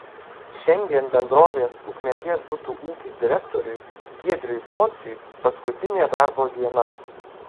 šiandien bendrovės ukmergės butų ūkis direktoriui giedriui pociui paskutinė darbo diena